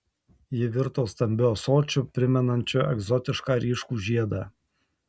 ji virto stambiu ąsočiu primenančiu egzotišką ryškų žiedą